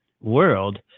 world